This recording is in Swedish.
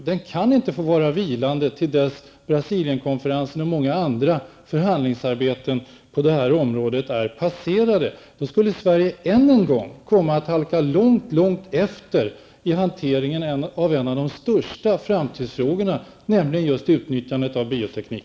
Den kan inte få vara vilande till dess Brasilienkonferensen och många andra förhandlingsarbeten på detta område är passerade. Då skulle Sverige än en gång komma att halka långt efter i hanteringen av en av de största framtidsfrågorna, nämligen just utnyttjandet av bioteknik.